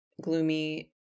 gloomy